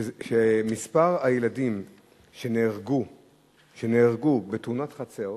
זה שמספר הילדים שנהרגו בתאונות חצר,